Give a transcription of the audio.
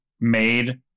made